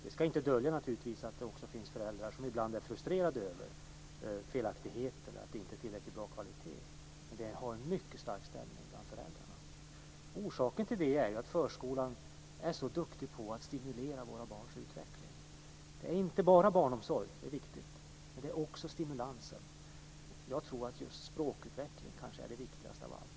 Vi ska naturligtvis inte dölja att det också finns föräldrar som ibland är frustrerade över felaktigheter och inte tillräckligt bra kvalitet, men förskolan har en mycket stark ställning bland föräldrarna. Orsaken till det är att förskolan är så duktig på att stimulera våra barns utveckling. Det är inte bara fråga om barnomsorg. Den är viktig, men det är också fråga om stimulanser. Jag tror att språkutveckling kanske är det viktigaste av allt.